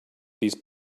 these